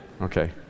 okay